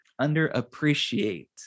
underappreciate